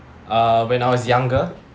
uh when I was younger